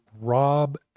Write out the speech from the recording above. rob